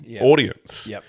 audience